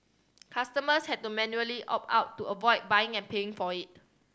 customers had to manually opt out to avoid buying and paying for it